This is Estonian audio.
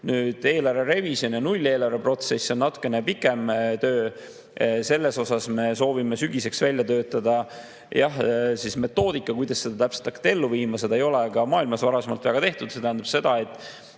Nüüd, eelarve revisjon ja nulleelarve protsess on natukene pikem töö. Selles vallas me soovime sügiseks välja töötada metoodika, kuidas seda täpselt hakata ellu viima. Seda ei ole ka [mujal] maailmas varasemalt väga tehtud. See tähendab seda, et